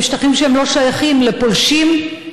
בשטחים שלא שייכים לפולשים,